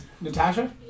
Natasha